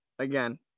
Again